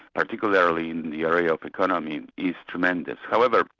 particularly in the area of economy, is tremendous. however,